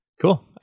Cool